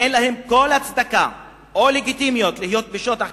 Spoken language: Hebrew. אין להן כל הצדקה או לגיטימיות להיות בשטח